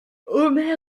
omer